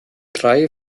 drei